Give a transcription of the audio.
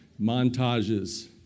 montages